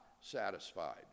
satisfied